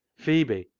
phebe,